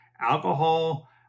Alcohol